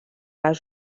les